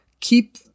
keep